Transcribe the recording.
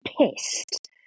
pissed